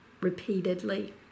repeatedly